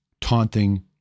taunting